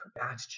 Attitude